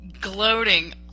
gloating